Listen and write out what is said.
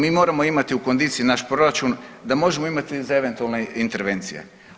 Mi moramo imati u kondiciji naš proračun da možemo imati za eventualne intervencije.